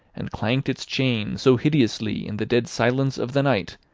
and clanked its chain so hideously in the dead silence of the night,